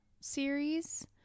series